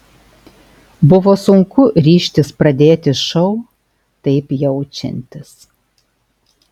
buvo sunku ryžtis pradėti šou taip jaučiantis